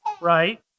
right